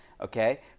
Okay